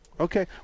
Okay